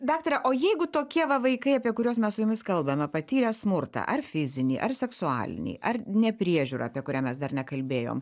daktare o jeigu tokie va vaikai apie kuriuos mes su jumis kalbame patyrę smurtą ar fizinį ar seksualinį ar nepriežiūrą apie kurią mes dar nekalbėjom